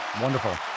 Wonderful